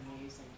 amazing